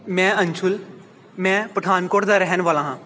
ਮੈਂ ਅੰਸ਼ੁਲ ਮੈਂ ਪਠਾਨਕੋਟ ਦਾ ਰਹਿਣ ਵਾਲਾ ਹਾਂ